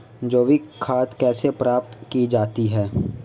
जैविक खाद कैसे प्राप्त की जाती है?